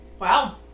Wow